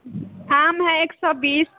आम है एक सए बीस